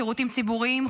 שירותים ציבוריים,